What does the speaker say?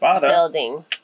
building